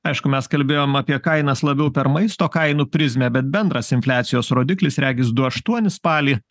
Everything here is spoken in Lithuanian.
aišku mes kalbėjom apie kainas labiau per maisto kainų prizmę bet bendras infliacijos rodiklis regis du aštuoni spalį